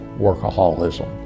workaholism